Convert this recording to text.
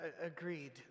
Agreed